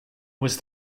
was